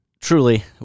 truly